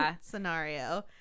scenario